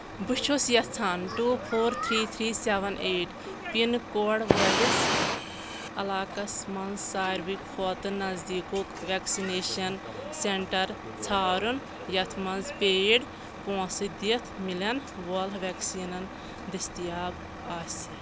بہٕ چھُس یژھان two four three three seven eight pin code وٲلِس علاقس مَنٛز ساروِی کھوتہٕ نزدیٖکُک ویکسِنیشن سینٹر ژھارُن یتھ مَنٛز پیڈ پونٛسہٕ دِتھ ملن وول ویکسیٖنن دٔستِیاب آسہِ